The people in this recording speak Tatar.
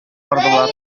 бардылар